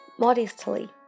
modestly